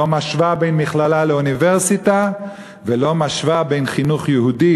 לא משווה בין מכללה לאוניברסיטה ולא משווה לחינוך יהודי?